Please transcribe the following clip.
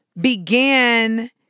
began